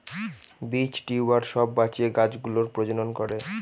বীজ, টিউবার সব বাঁচিয়ে গাছ গুলোর প্রজনন করে